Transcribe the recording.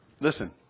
Listen